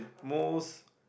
most